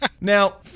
Now